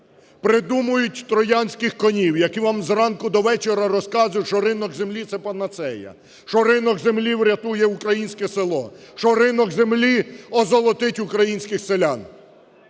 Придумують троянських конів, які вам зранку до вечора розказують, що ринок землі – це панацея, що ринок землі врятує українське село, що ринок землі озолотить українських селян.